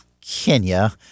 Kenya